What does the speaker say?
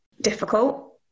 difficult